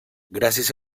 gràcies